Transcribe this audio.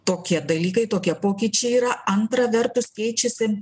tokie dalykai tokie pokyčiai yra antra vertus keičiasi